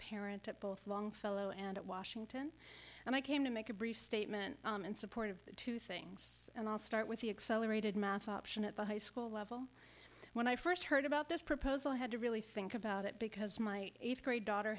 parent at both longfellow and at washington and i came to make a brief statement in support of the two things and i'll start with the accelerated math option at the high school level when i first heard about this proposal i had to really think about it because my eighth grade daughter